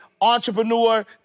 entrepreneur